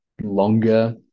longer